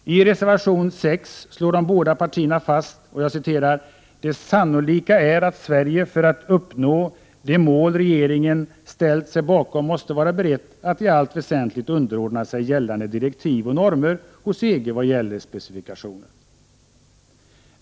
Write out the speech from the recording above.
I reservation 6 slår de båda partierna fast: ”Det sannolika är att Sverige för att uppnå det mål regeringen ställt sig bakom måste vara berett att i allt väsentligt underordna sig gällande direktiv och normer hos EG vad gäller våra varuspecifikationer”.